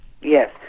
Yes